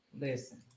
Listen